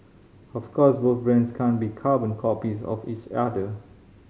of course both brands can't be carbon copies of each other